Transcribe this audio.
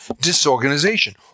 Disorganization